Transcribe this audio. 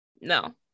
no